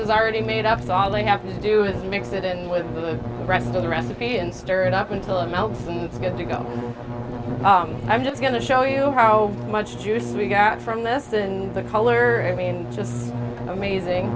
is already made up so all they have to do is mix it in with the rest of the recipe and stir it up until it melts and it's good to go i'm just going to show you how much juice we got from this and the color it means just amazing